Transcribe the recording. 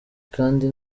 kandi